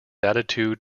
attitude